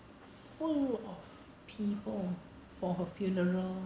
full of people for her funeral